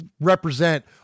represent